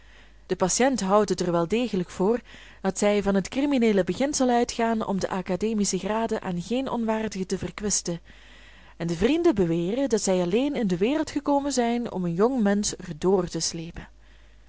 de patiënt houdt het er wel degelijk voor dat zij van het crimineele beginsel uitgaan om de academische graden aan geen onwaardigen te verkwisten en de vrienden beweren dat zij alleen in de wereld gekomen zijn om een jong mensch er door te sleepen